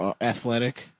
athletic